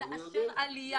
לאשר עלייה.